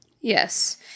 Yes